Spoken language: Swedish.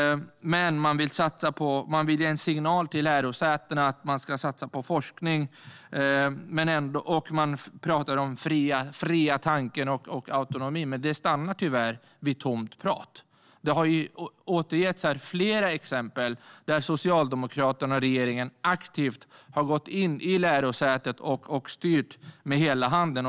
Men man vill ge en signal till lärosätena att man ska satsa på forskning, och man pratar om den fria tanken och autonomi. Det stannar tyvärr vid tomt prat. Det har återgetts flera exempel här på att Socialdemokraterna och regeringen aktivt har gått in i lärosäten och styrt med hela handen.